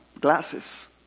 glasses